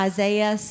Isaiah